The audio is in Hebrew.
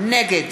נגד